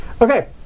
Okay